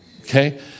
okay